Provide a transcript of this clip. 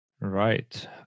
right